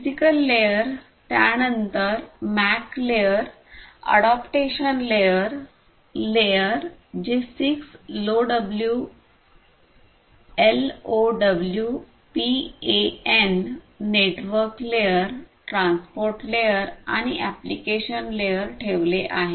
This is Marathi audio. फिजिकल लेयर त्यानंतर MAC layer adaptation layer layer जे 6 L O W P A N network layer transport layer आणि एप्लीकेशन लेयर ठेवले आहेत